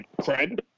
cred